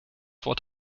wort